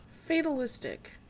fatalistic